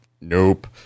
Nope